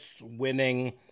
winning